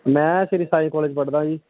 ਮੈਂ ਸ਼੍ਰੀ ਸਾਈ ਕੋਲਜ ਪੜ੍ਹਦਾ ਜੀ